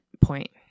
point